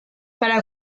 para